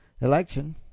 election